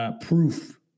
proof